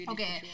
Okay